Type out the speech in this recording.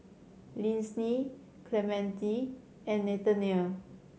Lyndsey Clemente and Nathaniel